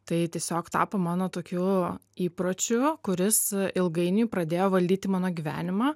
tai tiesiog tapo mano tokiu įpročiu kuris ilgainiui pradėjo valdyti mano gyvenimą